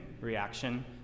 reaction